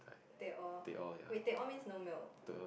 teh-O wait teh-O means no milk